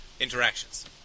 interactions